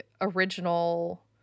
original